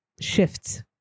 shifts